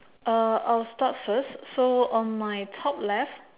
uh I'll start first so on my top left